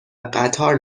قطار